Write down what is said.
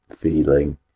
feeling